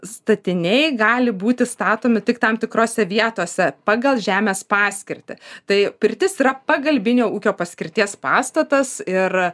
statiniai gali būti statomi tik tam tikrose vietose pagal žemės paskirtį tai pirtis yra pagalbinio ūkio paskirties pastatas ir